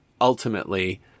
ultimately